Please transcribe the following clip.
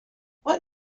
what